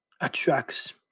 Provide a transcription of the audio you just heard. attracts